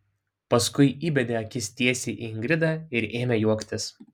paskui įbedė akis tiesiai į ingridą ir ėmė juoktis